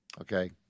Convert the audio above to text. Okay